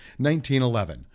1911